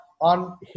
on